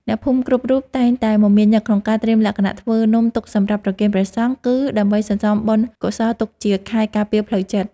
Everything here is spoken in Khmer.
អ្នកភូមិគ្រប់រូបតែងតែមមាញឹកក្នុងការត្រៀមលក្ខណៈធ្វើនំទុកសម្រាប់ប្រគេនព្រះសង្ឃ គឺ ដើម្បីសន្សំបុណ្យកុសលទុកជាខែលការពារផ្លូវចិត្ត។